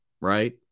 right